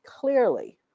clearly